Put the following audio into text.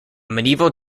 medieval